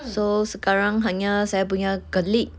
so sekarang hanya saya punya colleague